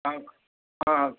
ಹಾಂ ಹಾಂ ಹಾಂ